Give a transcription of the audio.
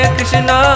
Krishna